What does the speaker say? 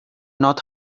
not